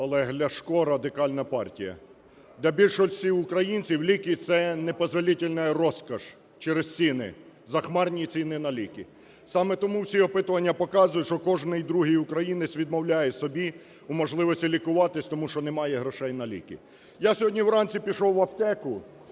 Олег Ляшко, Радикальна партія. Для більшості українців ліки – це "непозволительная роскошь" через ціни, захмарні ціни на ліки. Саме тому всі опитування показують, що кожний другий українець відмовляє собі у можливості лікуватися, тому що немає грошей на ліки. Я сьогодні вранці пішов в аптеку